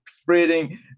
spreading